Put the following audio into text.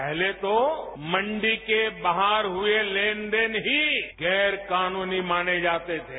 पहले तो मंडी के बाहर हुए लेनदेन ही गैरकानूनी माने जाते थे